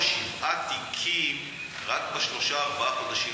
שבעה תיקים רק בשלושה-ארבעה החודשים